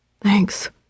Thanks